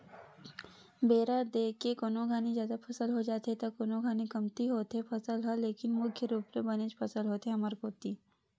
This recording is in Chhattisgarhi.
बेरा देख के कोनो घानी जादा फसल हो जाथे त कोनो घानी कमती होथे फसल ह लेकिन मुख्य रुप ले बनेच फसल होथे हमर कोती